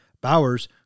Bowers